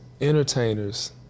entertainers